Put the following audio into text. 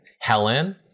helen